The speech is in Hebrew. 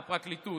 הפרקליטות.